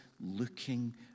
looking